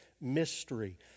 mystery